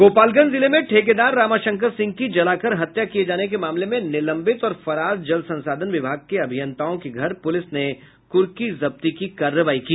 गोपालगंज जिले में ठेकेदार रामाशंकर सिंह की जलाकर हत्या किए जाने के मामले में निलंबित और फरार जल संसाधन विभाग के अभियंताओं के घर पूलिस ने कुर्की जब्ती की कार्रवाई की